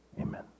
Amen